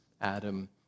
Adam